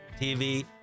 tv